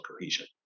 cohesion